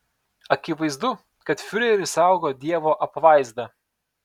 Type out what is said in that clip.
akivaizdu kad fiurerį saugo dievo apvaizda